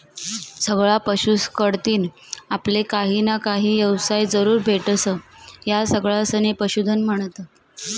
सगळा पशुस कढतीन आपले काहीना काही येवसाय जरूर भेटस, या सगळासले पशुधन म्हन्तस